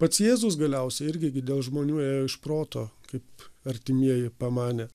pats jėzus galiausiai irgi gi dėl žmonių ėjo iš proto kaip artimieji pamanė